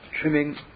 trimming